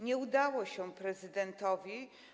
Nie udało się to prezydentowi.